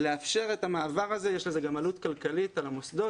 לאפשר את המעבר הזה מה גם שיש לזה גם עלות כלכלית על המוסדות